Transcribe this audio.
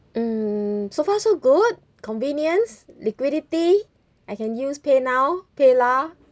mm so far so good convenience liquidity I can use paynow paylah